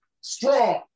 strong